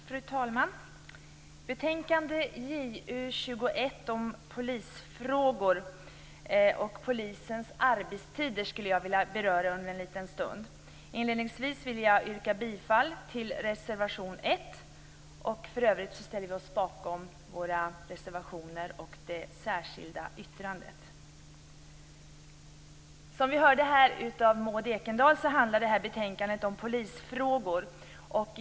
Fru talman! Jag skall om en liten stund beröra betänkande JuU:21 om polisfrågor och arbetstider. Inledningsvis vill jag yrka bifall till reservation 1. I övrigt ställer vi oss bakom våra reservationer och det särskilda yttrandet. Som vi hörde här av Maud Ekendahl handlar detta betänkande om polisfrågor.